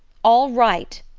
all right!